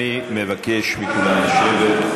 אני מבקש מכולם לשבת.